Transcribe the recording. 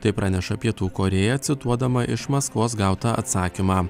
tai praneša pietų korėja cituodama iš maskvos gautą atsakymą